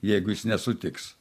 jeigu jis nesutiks